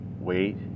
wait